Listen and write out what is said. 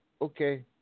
Okay